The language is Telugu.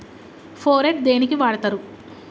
ఫోరెట్ దేనికి వాడుతరు?